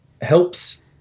helps